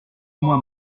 moi